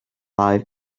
lives